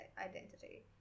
identity